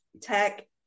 tech